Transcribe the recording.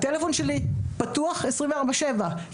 הטלפון שלי פתוח עשרים וארבע שבע.